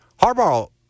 Harbaugh –